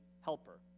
helper